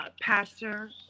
Pastor